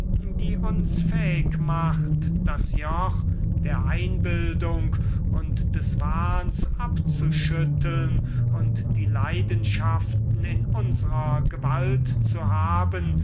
die uns fähig macht das joch der phantasie und des wahns abzuschütteln und die leidenschaften in unsrer gewalt zu haben